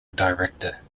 director